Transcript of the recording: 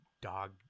dog